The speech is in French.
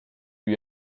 lui